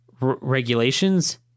Regulations